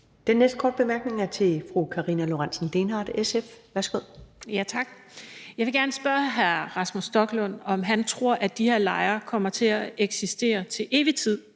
Den næste korte bemærkning er til fru Karina Lorenzen Dehnhardt, SF. Værsgo. Kl. 22:17 Karina Lorentzen Dehnhardt (SF): Tak. Jeg vil gerne spørge hr. Rasmus Stoklund, om han tror, at de her lejre kommer til at eksistere til evig tid,